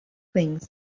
things